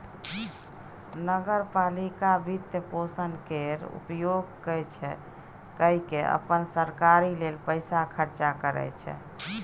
नगर पालिका वित्तपोषण केर उपयोग कय केँ अप्पन जरूरी लेल पैसा खर्चा करै छै